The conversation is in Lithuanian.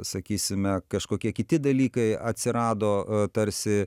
sakysime kažkokie kiti dalykai atsirado tarsi